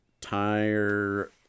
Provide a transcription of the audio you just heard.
Tire